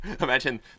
imagine